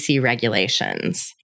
regulations